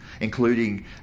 including